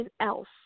else